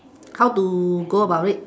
how to go about it